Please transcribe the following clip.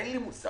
אין לי מושג.